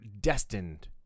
destined